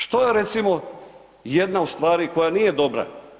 Što je recimo jedna od stvari koja nije dobra?